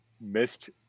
missed